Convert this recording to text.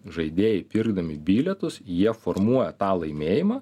žaidėjai pirkdami bilietus jie formuoja tą laimėjimą